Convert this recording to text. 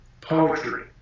poetry